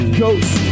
ghost